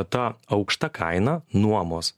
ta aukšta kaina nuomos